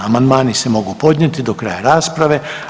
Amandmani se mogu podnijeti do kraja rasprave.